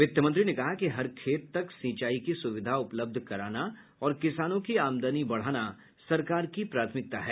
वित्त मंत्री ने कहा कि हर खेत तक सिंचाई की सुविधा उपलब्ध कराना और किसानों की आमदनी बढ़ाना सरकार की प्राथमिकता है